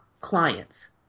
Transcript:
clients